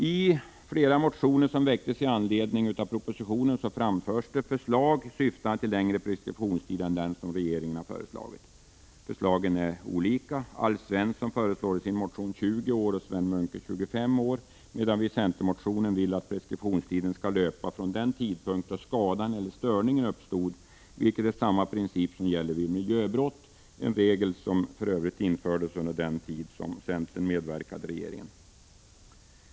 I motionerna som väckts i anledning av propositionen framförs olika förslag, syftande till längre preskriptionstid än den som regeringen har föreslagit. Alf Svensson föreslår i sin motion 20 år och Sven Munke 25 år, medan vi i centermotionen vill att preskriptionstiden skall löpa från den tidpunkt då skadan eller störningen uppstod, vilket är samma princip som gäller vid miljöbrott. Det är för övrigt en regel som infördes under den tid då centern medverkade i regeringen.